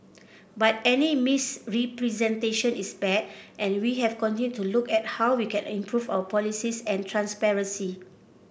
but any misrepresentation is bad and we have continued to look at how we can improve our policies and transparency